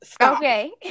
okay